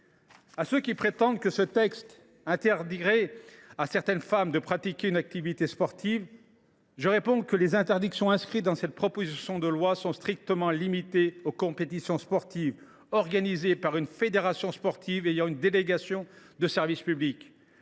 À ceux qui prétendent que ce texte empêcherait certaines femmes de pratiquer une activité sportive, je réponds que les interdictions inscrites dans cette proposition de loi sont strictement limitées aux compétitions sportives organisées par une fédération sportive ayant une délégation de service public.